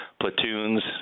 platoons